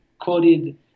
quoted